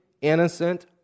innocent